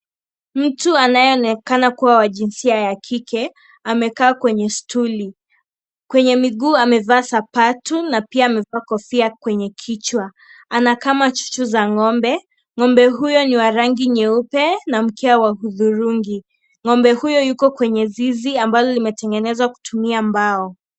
Mtu anayeonekana kuwa wa jinsia ya kike amekaa kwenye stuli. Kwenye miguu amevaa sapatu na pia amevaa kofia kwenye kichwa. Anakama chuchu za ng'ombe. Ng'ombe huyo ni wa rangi nyeupe na mkia wa rangi ya hudhurungi. Ng'ombe huyo yuko kwenye zizi ambalo limetengenezwa kutumia mbao.